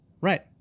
Right